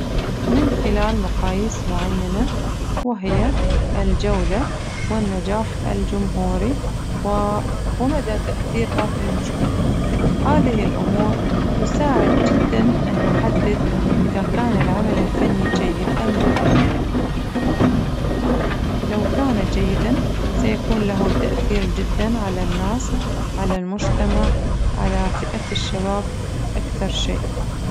من خلال مقاييس معينة وهي الجودة والنجاح الجمهوري و ومدى تأثيرها في المجتمع، هذه الأمور تساعد جداً أن نحدد إذا كان العمل الفني جيد أم لا، لو كان جيداً سيكون له تأثير جداً على الناس على المجتمع على فئة الشباب أكثر شيء.